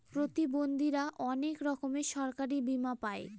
প্রতিবন্ধীরা অনেক রকমের সরকারি বীমা পাই